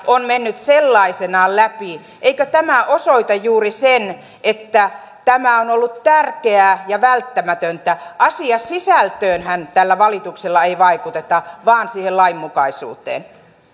on mennyt sellaisenaan läpi eikö tämä osoita juuri sen että tämä on ollut tärkeää ja välttämätöntä asiasisältöönhän tällä valituksella ei vaikuteta vaan siihen lainmukaisuuteen